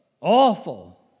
awful